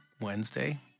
Wednesday